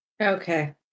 Okay